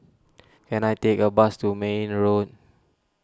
can I take a bus to Mayne Road